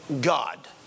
God